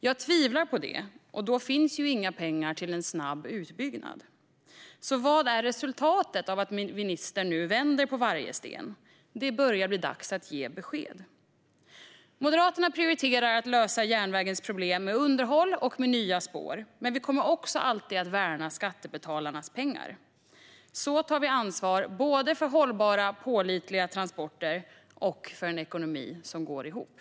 Jag tvivlar på det, och då finns inga pengar till en snabb utbyggnad. Vad är resultatet av att ministern nu vänder på varje sten? Det börjar bli dags att ge besked. Moderaterna prioriterar att lösa järnvägens problem genom underhåll och nya spår, men vi kommer också alltid att värna skattebetalarnas pengar. Så tar vi ansvar både för hållbara, pålitliga transporter och för en ekonomi som går ihop.